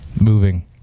moving